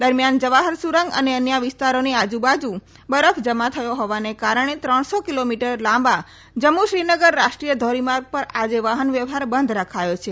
દરમિયાન જવાહર સુરંગ અને અન્ય વિસ્તારોની આજુબાજુ બરફ જમા થયો હોવાને કારણે ત્રણસો કીલોમીટર લાંબા જમ્મુ શ્રીનગર રાષ્ટ્રીય ધોરીમાર્ગ પર આજે વાહન વ્યવહાર બંધ રખાયો છે